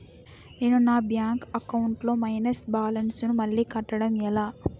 నేను నా bank account లొ మైనస్ బాలన్స్ ను మళ్ళీ కట్టడం ఎలా?